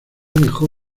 dejó